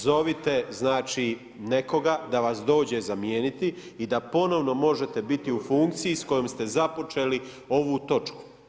Zovite znači nekoga da vas dođe zamijeniti i da ponovno možete biti u funkciji s kojom ste započeli ovu točku.